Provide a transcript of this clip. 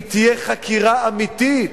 היא תהיה חקירה אמיתית.